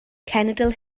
cenedl